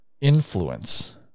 influence